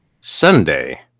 Sunday